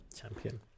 Champion